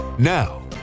Now